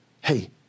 hey